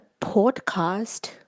podcast